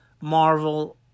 Marvel